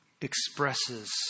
expresses